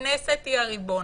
"הכנסת היא הריבון".